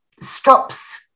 stops